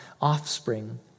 offspring